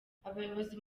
abayobozi